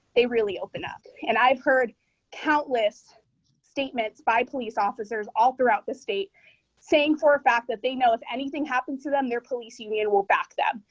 they really opened up and i've heard countless statements by police officers all throughout the state saying for a fact that they know if anything happened to them, their police union will back them,